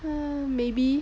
maybe